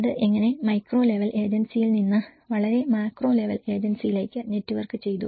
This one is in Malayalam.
അത് എങ്ങനെ മൈക്രോ ലെവൽ ഏജൻസിയിയിൽ നിന്ന് വളരെ മാക്രോ ലെവൽ ഏജൻസിയിലെക്ക് നെറ്റ്വർക്ക് ചെയ്തു